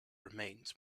remains